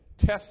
Test